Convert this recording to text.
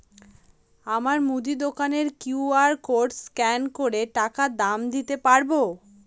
আমার মুদি দোকানের কিউ.আর কোড স্ক্যান করে টাকা দাম দিতে পারব?